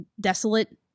desolate